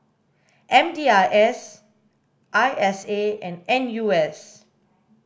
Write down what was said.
M D I S I S A and N U S